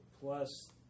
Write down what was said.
plus